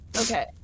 Okay